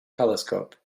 telescope